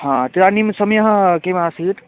हा तदानीं समयः किमासीत्